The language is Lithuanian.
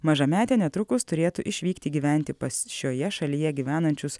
mažametė netrukus turėtų išvykti gyventi pas šioje šalyje gyvenančius